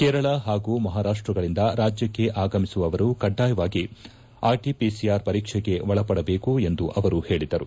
ಕೇರಳ ಹಾಗೂ ಮಹಾರಾಪ್ಷಗಳಿಂದ ರಾಜ್ಯಕ್ಕೆ ಆಗಮಿಸುವವರು ಕಡ್ಡಾಯವಾಗಿ ಆರ್ಟಿಪಿಸಿಆರ್ ಪರೀಕ್ಷೆಗೆ ಒಳಪಡಬೇಕು ಎಂದು ಅವರು ಹೇಳಿದರು